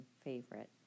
favorite